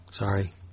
Sorry